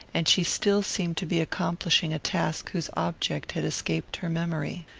and she still seemed to be accomplishing a task whose object had escaped her memory.